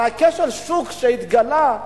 הרי כשל שוק שהתגלה,